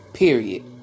Period